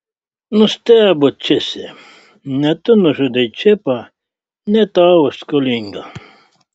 nustebo česė ne tu nužudei čepą ne tau aš skolinga